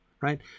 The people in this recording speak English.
right